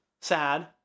sad